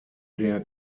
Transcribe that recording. der